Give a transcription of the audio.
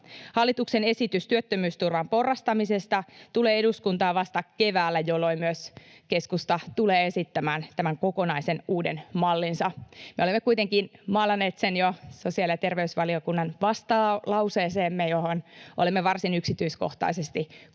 Hallituksen esitys työttömyysturvan porrastamisesta tulee eduskuntaan vasta keväällä, jolloin myös keskusta tulee esittämään tämän kokonaisen uuden mallinsa. Me olemme kuitenkin maalanneet sen jo sosiaali- ja terveysvaliokunnan vastalauseeseemme, jossa olemme varsin yksityiskohtaisesti kuvanneet,